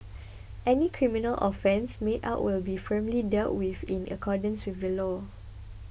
any criminal offence made out will be firmly dealt with in accordance with the law